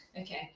Okay